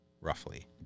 Roughly